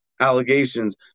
allegations